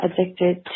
addicted